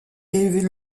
est